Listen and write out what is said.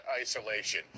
isolation